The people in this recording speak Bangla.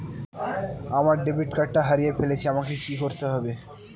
আমার ডেবিট কার্ডটা হারিয়ে ফেলেছি আমাকে কি করতে হবে?